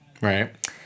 right